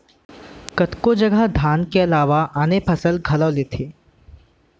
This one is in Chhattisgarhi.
कतको जघा धान के अलावा आने फसल घलौ लेथें